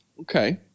Okay